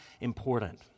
important